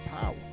power